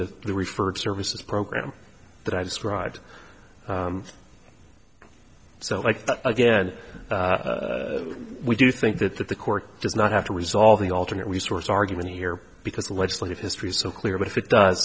the referred services program that i described so like again we do think that that the court does not have to resolve the alternate resource argument here because the legislative history is so clear but if it does